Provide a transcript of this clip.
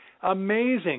Amazing